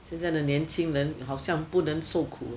现在的年轻人好像不能受苦